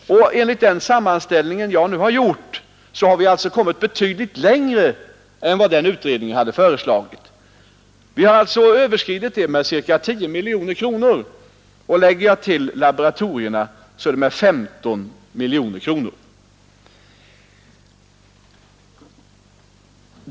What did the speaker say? Enligt den sammanställning jag nu har gjort har vi alltså kommit betydligt längre än vad den utredningen föreslog och överskridit det med ca 10 miljoner — lägger jag till forskningen vid laboratorierna har vi överskridit det med 15 miljoner kronor.